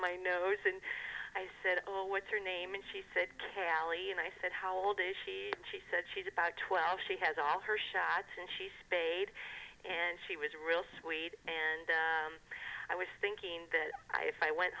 my nose and i said oh what's her name and she said cally and i said how old is she she said she's about twelve she has all her shots and she spayed and she was real sweet and i was thinking that if i went